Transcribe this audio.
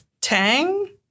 tang